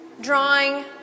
drawing